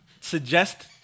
suggest